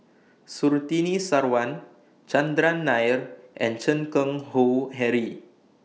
Surtini Sarwan Chandran Nair and Chan Keng Howe Harry